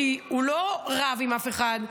כי הוא לא רב עם אף אחד,